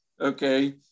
okay